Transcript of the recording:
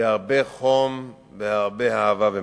הרבה חום והרבה אהבה ומסירות.